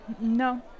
No